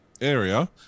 Area